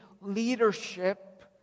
leadership